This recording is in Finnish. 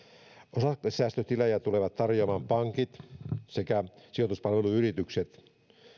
osakesäästötilejä tulevat tarjoamaan pankit sekä sijoituspalveluyritykset